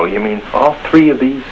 oh you mean all three of these